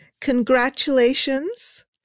congratulations